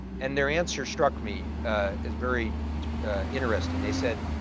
and their answer struck me as very interesting. they said,